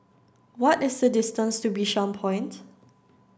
what is the distance to Bishan Point